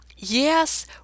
Yes